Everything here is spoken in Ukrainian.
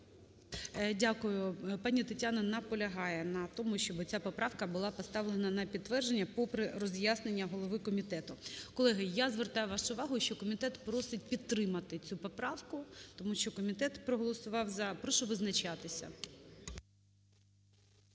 Дякую. Пані Тетяна наполягає на тому, щоб ця поправка була поставлена на підтвердження попри роз'яснення голови комітету. Колеги, я звертаю вашу увагу, що комітет просить підтримати цю поправку, тому що комітет проголосував "за". Прошу визначатися.